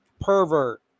pervert